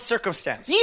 Circumstance